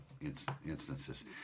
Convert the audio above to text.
instances